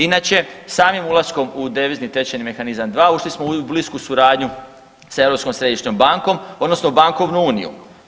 Inače samim ulaskom u Devizni tečajni mehanizam 2 ušli smo u blisku suradnju sa Europskom središnjom bankom odnosno bankovnom unijom.